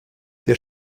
der